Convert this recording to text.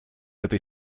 этой